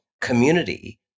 community